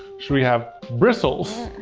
should we have bristles?